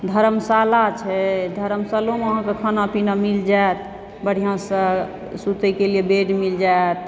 धर्मशाला छै धर्मशालोमे अहाँकेँ खाना पीना मिल जायत बढ़िऑंसँ सुतयके लिए बेड मिल जायत